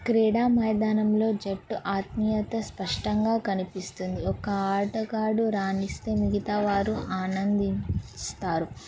క్రీడా మైదానంలో జట్టు ఆత్మీయత స్పష్టంగా కనిపిస్తుంది ఒక ఆటగాడు రాణస్తే మిగతా వారు ఆనందిస్తారు